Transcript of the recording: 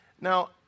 Now